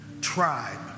tribe